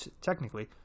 technically